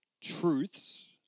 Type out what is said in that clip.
truths